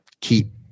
keep